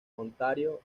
ontario